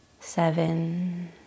Seven